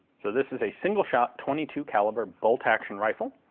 so this is a single-shot twenty two caliber bolt-action rifle